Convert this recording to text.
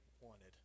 wanted